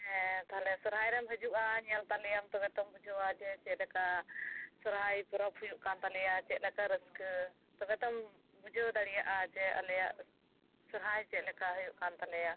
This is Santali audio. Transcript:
ᱦᱮᱸ ᱥᱚᱨᱦᱟᱭ ᱨᱮᱢ ᱦᱤᱡᱩᱜᱼᱟ ᱧᱮᱞ ᱛᱟᱞᱮᱭᱟ ᱛᱚᱵᱮ ᱛᱚᱢ ᱵᱩᱡᱷᱟᱹᱣᱟ ᱡᱮ ᱪᱮᱫ ᱞᱮᱠᱟ ᱥᱚᱨᱦᱟᱭ ᱯᱚᱨᱚᱵᱽ ᱦᱩᱭᱩᱜ ᱠᱟᱱ ᱛᱟᱞᱮᱭᱟ ᱪᱮᱫᱞᱮᱠᱟ ᱨᱟᱹᱥᱠᱟᱹ ᱛᱚᱵᱮ ᱛᱚ ᱵᱩᱡᱷᱟᱹᱣ ᱫᱟᱲᱮᱭᱟᱜᱼᱟ ᱟᱞᱮᱭᱟᱜ ᱥᱚᱨᱦᱟᱭ ᱪᱮᱫ ᱞᱮᱠᱟ ᱦᱩᱭᱩ ᱠᱟᱱ ᱛᱟᱞᱮᱭᱟ